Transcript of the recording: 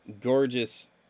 gorgeous